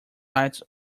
lights